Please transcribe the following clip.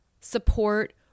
support